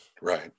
Right